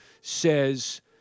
says